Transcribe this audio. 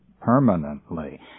permanently